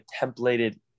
templated